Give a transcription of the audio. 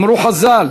אמרו חז"ל